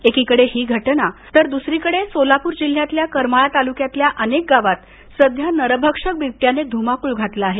एकीकडे ही घटना तर द्सरीकडे सोलापुर जिल्ह्यातील करमाळा तालुक्यातील अनेक गावात सध्या नरभक्षक बिबट्याने धुमाकुळ घातला आहे